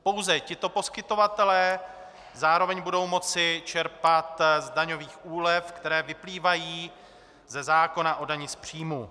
Pouze tito poskytovatelé zároveň budou moci čerpat z daňových úlev, které vyplývají ze zákona o dani z příjmu.